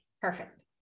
perfect